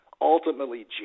ultimately